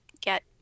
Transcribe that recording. get